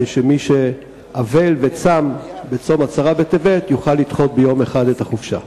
כדי שמי שאבל וצם בצום עשרה בטבת יוכל לדחות ביום אחד את החופשה?